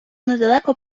недалеко